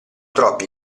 troppi